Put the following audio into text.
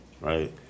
right